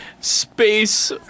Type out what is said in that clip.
space